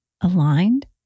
aligned